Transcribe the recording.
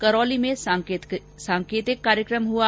करौली में सांकेतिक कार्यक्रम हुआ